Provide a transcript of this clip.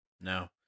No